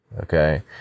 Okay